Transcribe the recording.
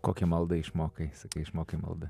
kokią maldą išmokai sakai išmokai maldą